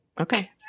Okay